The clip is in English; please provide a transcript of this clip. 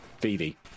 Phoebe